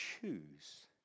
choose